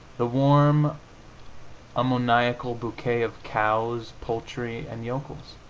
the warm ammoniacal bouquet of cows, poultry and yokels.